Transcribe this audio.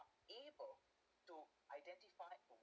able to identify